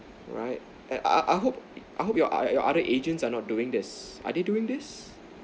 right and I I I hope I hope your a~ a~ other agents are not doing this are they doing this